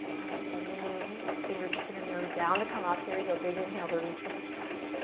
alright, bend the knees. fingertips are gonna go down to come up. here we go, big inhale to reach for the sky.